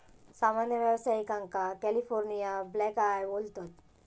सामान्य व्यावसायिकांका California blackeye बोलतत